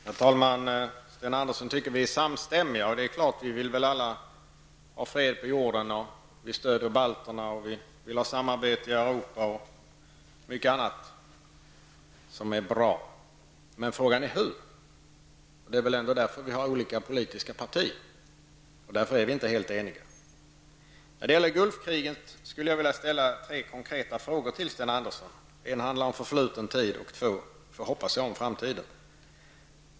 Herr talman! Sten Andersson tycker att vi är samstämmiga, och det är väl klart att vi alla vill ha fred på jorden. Vi stöder balterna, och vi vill ha samarbete i Europa och mycket annat som är bra. Men frågan är hur. Det är väl därför vi har olika politiska partier. Därför är vi inte helt eniga. När det gäller Gulfkriget skulle jag vilja ställa tre konkreta frågor till Sten Andersson -- en handlar om förfluten tid och två, hoppas jag, om framtiden.